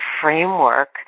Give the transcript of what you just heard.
framework